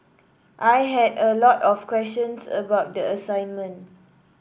I had a lot of questions about the assignment